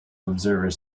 observers